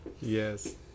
Yes